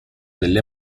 delle